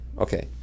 okay